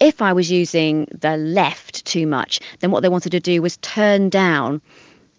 if i was using the left too much than what they wanted to do was turn down